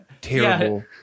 terrible